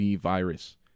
virus